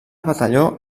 batalló